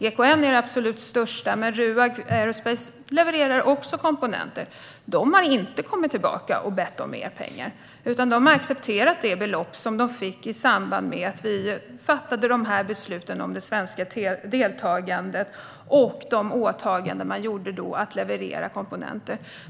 GKN är det absolut största, men RUAG Aerospace levererar också komponenter. De har inte kommit tillbaka och bett om mer pengar, utan de har accepterat det belopp som de fick i samband med att vi fattade dessa beslut om det svenska deltagandet och de åtaganden som då gjordes om att leverera komponenter.